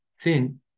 thin